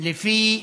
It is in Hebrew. לפי